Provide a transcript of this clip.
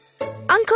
Uncle